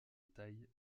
taille